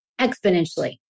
exponentially